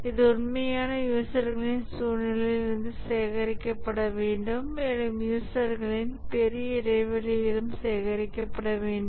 இது உண்மையான யூசர்களின் சூழ்நிலையிலிருந்து சேகரிக்கப்பட வேண்டும் மேலும் யூசர்களின் பெரிய இடைவெளியிலும் சேகரிக்கப்பட வேண்டும்